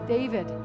David